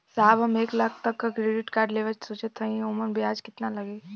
साहब हम एक लाख तक क क्रेडिट कार्ड लेवल सोचत हई ओमन ब्याज कितना लागि?